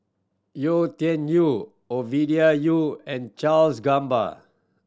Yau Tian Yau Ovidia Yau and Charles Gamba